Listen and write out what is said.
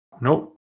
Nope